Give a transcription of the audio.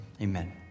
amen